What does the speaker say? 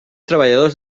treballadors